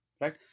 right